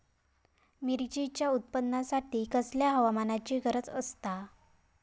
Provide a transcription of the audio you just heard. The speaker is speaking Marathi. मिरचीच्या उत्पादनासाठी कसल्या हवामानाची गरज आसता?